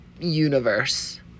universe